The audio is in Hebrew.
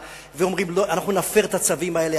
ואומרים: אנחנו נפר את הצווים האלה,